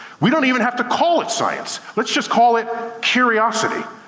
we don't even have to call it science. let's just call it curiosity,